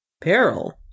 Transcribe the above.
Peril